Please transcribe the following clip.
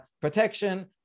protection